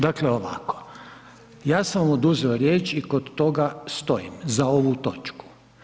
Dakle, ovako, ja sam vam oduzeo riječ i kod toga stojim za ovu točku.